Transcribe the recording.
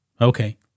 Okay